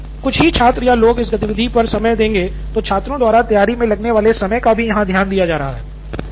और चूंकि कुछ ही छात्र या लोगों इस गतिविधि पर समय देंगे तो छात्रों द्वारा तैयारी मे लगने वाले समय का भी यहाँ ध्यान रखा जा रहा है